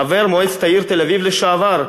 חבר מועצת העיר תל-אביב לשעבר,